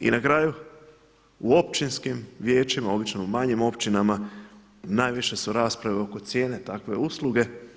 I na kraju u općinskim vijećima, obično u manjim općinama najviše su rasprave oko cijene takve usluge.